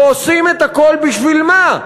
ועושים את הכול בשביל מה?